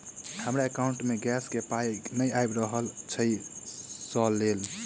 हमरा एकाउंट मे गैस केँ पाई नै आबि रहल छी सँ लेल?